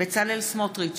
בצלאל סמוטריץ'